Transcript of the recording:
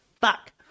fuck